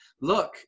look